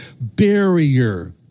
barrier